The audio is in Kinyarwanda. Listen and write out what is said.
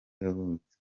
yavutse